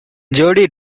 jody